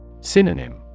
Synonym